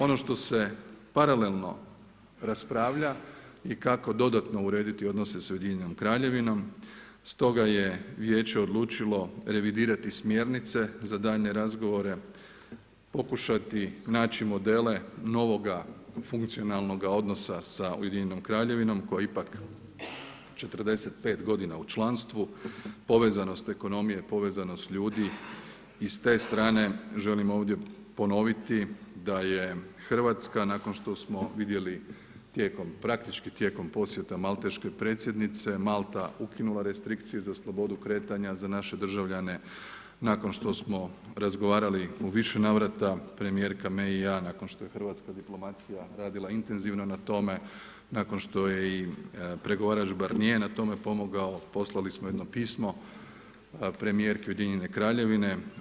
Ono što se paralelno raspravlja i kako dodatno urediti odnose sa UK, stoga je Vijeće odlučilo revidirati smjernice za daljnje razgovore, pokušati naći modele novoga funkcionalnoga odnosa sa UK, koja je ipak 45 godina u članstvu, povezanost ekonomije, povezanost ljudi i s te strane želim ovdje ponoviti da je Hrvatska nakon što smo vidjeli tijekom praktički, tijekom posjeta malteške predsjednice Malta ukinula restrikcije za slobodu kretanja za naše državljane, nakon što smo razgovarali u više navrata premijerka May i ja nakon što je hrvatska diplomacija radila intenzivno na tome, nakon što je i pregovarač Burnier na tome pomogao, poslali smo jedno pismo premijerki UK-a.